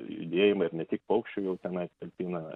judėjimą ir ne tik paukščių jau tenais talpina